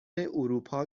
اروپا